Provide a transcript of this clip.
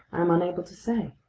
i'm unable to say.